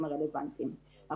אלה שאתנו בזום, אנחנו